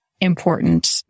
important